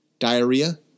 diarrhea